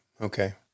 Okay